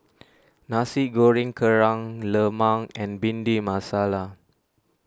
Nasi Goreng Kerang Lemang and Bhindi Masala